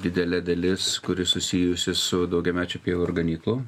didelė dalis kuri susijusi su daugiamečių pievų ir ganyklų